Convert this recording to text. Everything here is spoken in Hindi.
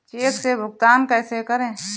चेक से भुगतान कैसे करें?